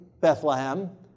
Bethlehem